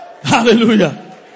Hallelujah